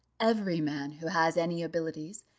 every man who has any abilities,